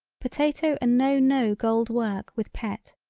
potato and no no gold work with pet,